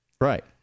Right